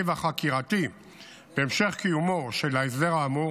והחקירתי בהמשך קיומו של ההסדר האמור,